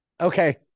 Okay